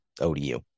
odu